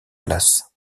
place